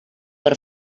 per